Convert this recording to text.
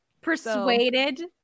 Persuaded